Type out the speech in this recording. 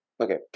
Okay